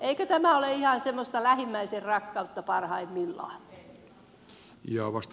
eikö tämä ole ihan semmoista lähimmäisenrakkautta parhaimmillaan